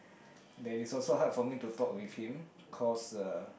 then it's also hard for me to talk with him cause uh